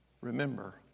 Remember